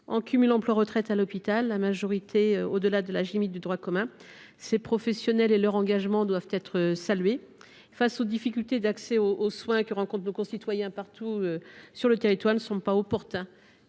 en cumul emploi retraite à l’hôpital, la majorité au delà de l’âge limite de droit commun. Ces professionnels et leur engagement doivent être salués. Face aux difficultés d’accès aux soins que rencontrent nos concitoyens partout sur le territoire, il ne semble pas opportun